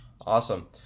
Awesome